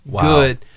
good